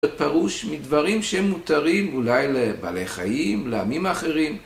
זה פרוש מדברים שהם מותרים אולי לבעלי חיים, לעמים האחרים